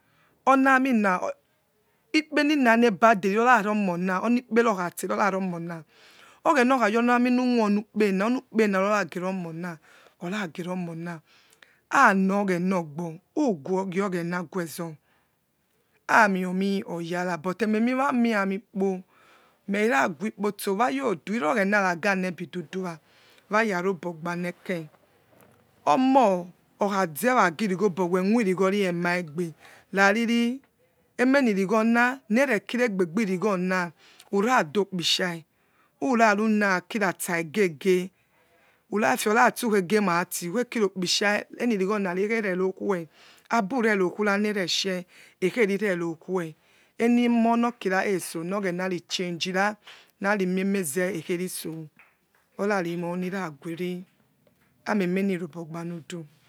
Ona mina kpening no bade rororsromona oghena okhayor oni aminu wu onukpe na omy ukpena nirorageiromona orage nomons anogthened ogbo ugiogena que zor ami omi oyars, ememiwanive ami kpo meriragwe, ikpotso iro ghens na nagi amebi dudu wa waya robogbaneke omoh okhrzewa, nagirighon bo, weh wirogorie maeyibe raviri emenirigho ramekiregbrigho nai uradopienaia ura runakira saigege arafiefe orase ukhejemati ukhakiropisa emirigho na rekherénokuw abare rokura neretch ekaveri rerokher entemo nokirakhess noghenari chingera navimieniese ekheriss orarimoning guere amiemenirobog bane bu.